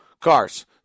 cars